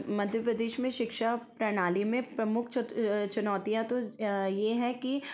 मध्य प्रदेश में शिक्षा प्रणाली में प्रमुख चत चुनौतीयाँ तो यह है कि